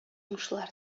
уңышлар